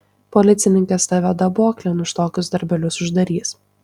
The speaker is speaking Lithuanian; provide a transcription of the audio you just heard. policininkas tave daboklėn už tokius darbelius uždarys